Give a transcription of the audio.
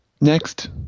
Next